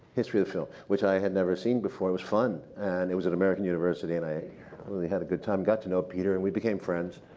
history of film, which i had never seen before. it was fun. and it was american university, and i really had a good time. got to know peter, and we became friends.